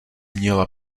měla